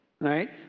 right